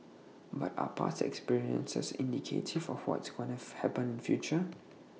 but are past experiences indicative of what's gonna happen in future